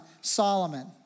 Solomon